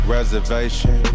Reservation